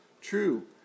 true